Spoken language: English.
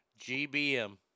GBM